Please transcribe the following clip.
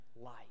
life